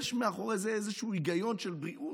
יש מאחורי זה איזשהו היגיון של בריאות,